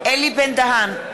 אלי בן-דהן,